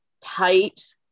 tight